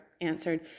answered